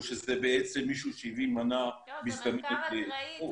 או שזה בעצם מישהו שהביא מנה מזדמנת ל --- זה מחקר אקראי.